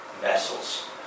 vessels